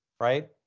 right